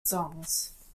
songs